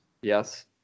Yes